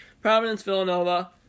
Providence-Villanova